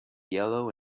yellow